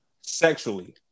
sexually